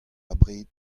abred